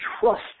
trust